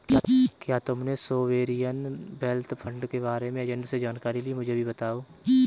क्या तुमने sovereign wealth fund के बारे में एजेंट से जानकारी ली, मुझे भी बताओ